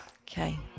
Okay